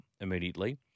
immediately